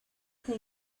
que